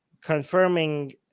confirming